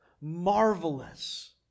marvelous